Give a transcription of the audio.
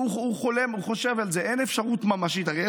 הוא חולם, הוא חושב על זה, אין אפשרות ממשית.